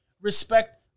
respect